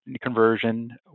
conversion